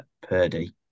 Purdy